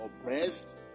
oppressed